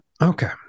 Okay